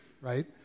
right